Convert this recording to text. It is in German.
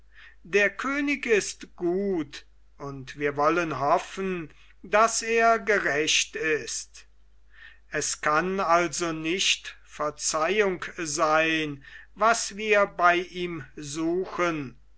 der könig ist gut und wir wollen hoffen daß er gerecht ist es kann also nicht verzeihung sein was wir bei ihm suchen